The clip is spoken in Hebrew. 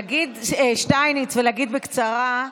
להגיד "שטייניץ" ולהגיד "בקצרה",